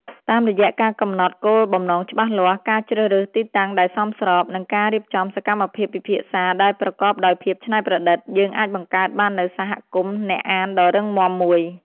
តាមរយៈការកំណត់គោលបំណងច្បាស់លាស់ ការជ្រើសរើសទីតាំងដែលសមស្រប និងការរៀបចំសកម្មភាពពិភាក្សាដែលប្រកបដោយភាពច្នៃប្រឌិត យើងអាចបង្កើតបាននូវសហគមន៍អ្នកអានដ៏រឹងមាំមួយ។